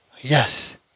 Yes